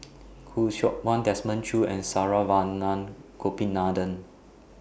Khoo Seok Wan Desmond Choo and Saravanan Gopinathan